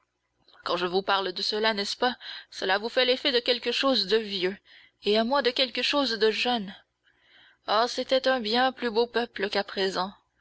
quand je vous parle de cela n'est-ce pas cela vous fait l'effet de quelque chose de vieux et à moi de quelque chose de jeune oh c'était un bien plus beau peuple qu'à présent